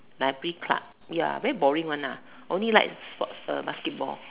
like free club ya very boring one lah only like sports basketball